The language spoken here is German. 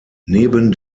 neben